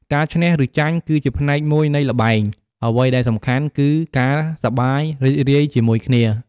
ការឈ្នះ ឬចាញ់គឺជាផ្នែកមួយនៃល្បែង អ្វីដែលសំខាន់គឺការសប្បាយរីករាយជាមួយគ្នា។